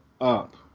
up